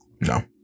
No